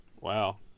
Wow